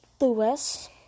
Louis